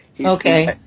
Okay